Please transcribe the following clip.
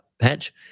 patch